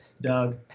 Doug